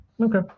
Okay